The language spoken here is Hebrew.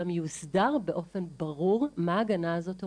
אלא שגם יוסדר באופן ברור מה ההגנה הזאת אומרת,